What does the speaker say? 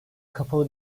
kapalı